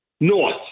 north